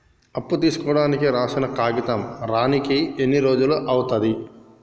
అప్పు తీసుకోనికి రాసిన కాగితం రానీకి ఎన్ని రోజులు అవుతది?